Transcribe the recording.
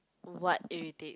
what irritates